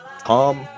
tom